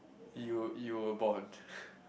you were you were born